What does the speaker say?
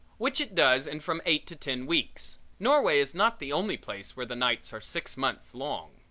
which it does in from eight to ten weeks. norway is not the only place where the nights are six months long.